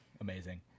amazing